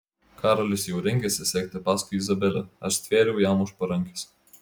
karolis jau rengėsi sekti paskui izabelę aš stvėriau jam už parankės